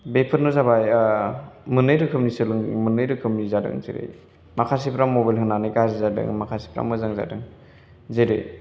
बेफोरनो जाबाय मोननै रोखोमनि जादों जेरै माखासेफ्रा मबाइल होनानै गाज्रि जादों माखासेफ्रा मोजां जादों जेरै